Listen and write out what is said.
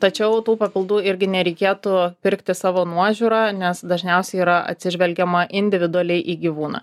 tačiau tų papildų irgi nereikėtų pirkti savo nuožiūra nes dažniausiai yra atsižvelgiama individualiai į gyvūną